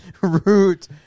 root